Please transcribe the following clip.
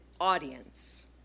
audience